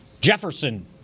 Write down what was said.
Jefferson